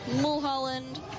Mulholland